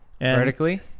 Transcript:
vertically